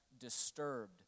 disturbed